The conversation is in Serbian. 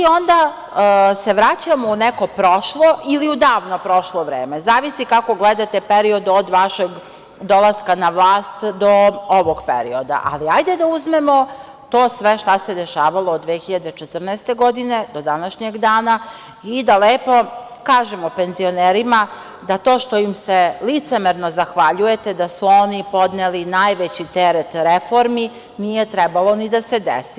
Onda se vraćamo u neko prošlo ili u davno prošlo vreme, zavisi kako gledate period od vašeg dolaska na vlast do ovog perioda, ali hajde da uzmemo to sve šta se dešavalo od 2014. godine do današnjeg dana i da lepo kažemo penzionerima da to što im se licemerno zahvaljujete da su oni podneli najveći teret reformi nije trebalo ni da se desi.